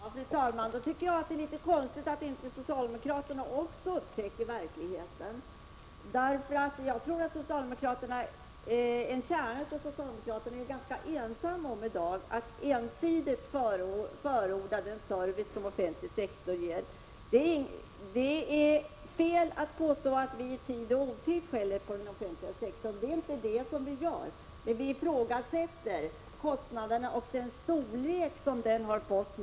Fru talman! Då tycker jag att det är litet konstigt att inte socialdemokraterna också upptäcker verkligheten. Jag tror att en kärna av socialdemokraterna är ganska ensamma om att i dag ensidigt förorda den service som offentlig sektor ger. Det är fel att påstå att vi i tid och otid skäller på den offentliga sektorn. Det är inte det vi gör. Vi ifrågasätter kostnaderna och den storlek som den har fått.